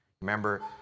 Remember